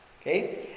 Okay